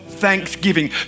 thanksgiving